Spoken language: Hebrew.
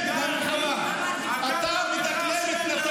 אתה לא מסוגל.